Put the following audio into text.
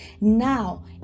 Now